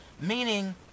Meaning